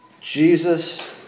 Jesus